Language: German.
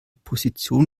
position